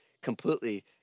completely